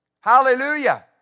Hallelujah